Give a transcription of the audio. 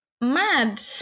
Mad